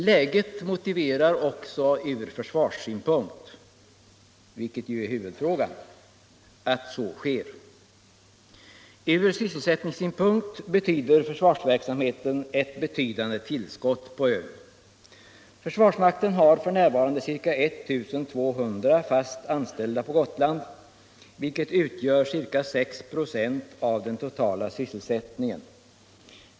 Läget motiverar också från försvarssynpunkt — vilket ju är huvudfrågan — att så sker. Försvarsverksamheten innebär ett betydande tillskott av sysselsättningstillfällen på ön. Försvarsmakten har f. n. ca 1 200 fast anställda på Gotland, vilket utgör ca 6 96 av den totala sysselsättningen.